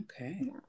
Okay